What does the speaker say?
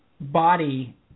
body